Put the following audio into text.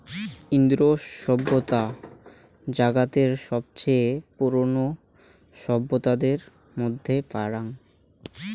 ইন্দু সভ্যতা জাগাতের সবচেয়ে পুরোনো সভ্যতাদের মধ্যেই পরাং